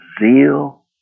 zeal